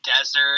desert